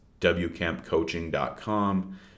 wcampcoaching.com